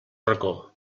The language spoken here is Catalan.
racó